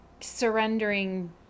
surrendering